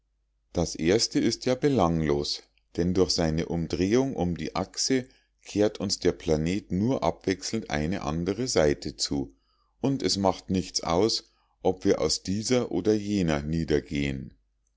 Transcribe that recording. das erstere ist ja belanglos denn durch seine umdrehung um die axe kehrt uns der planet nur abwechselnd eine andere seite zu und es macht nichts aus ob wir auf dieser oder jener niedergehen